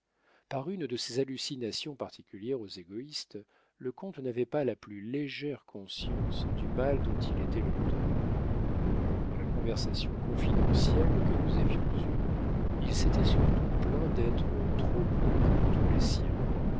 par une de ces hallucinations particulières aux égoïstes le comte n'avait pas la plus légère conscience du mal dont il était l'auteur dans la conversation confidentielle que nous avions eue il s'était surtout plaint d'être trop bon pour tous les siens